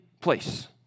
place